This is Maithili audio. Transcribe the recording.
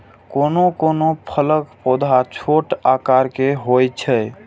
कोनो कोनो फलक पौधा छोट आकार के होइ छै